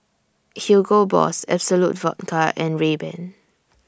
Hugo Boss Absolut Vodka and Rayban